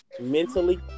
mentally